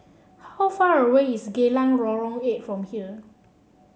how far away is Geylang Lorong Eight from here